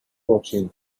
fortune